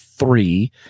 Three